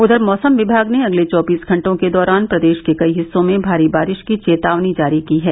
उधर मौसम विभाग ने अगले चौबीस घंटे के दौरान प्रदेश के कई हिस्सों में भारी बारिश की चेतावनी जारी की है